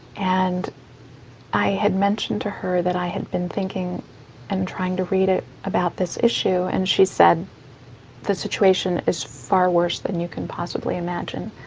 and i had mentioned to her that i had been thinking and trying to read about this issue and she said the situation is far worse than you can possibly imagine.